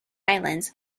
islands